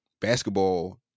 basketball